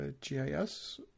GIS